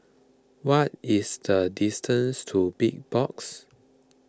what is the distance to Big Box